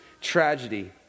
tragedy